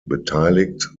beteiligt